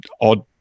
odd